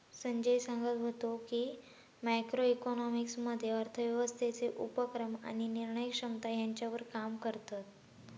संजय सांगत व्हतो की, मॅक्रो इकॉनॉमिक्स मध्ये अर्थव्यवस्थेचे उपक्रम आणि निर्णय क्षमता ह्यांच्यावर काम करतत